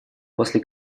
после